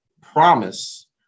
promise